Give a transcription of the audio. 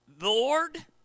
Lord